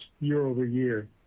year-over-year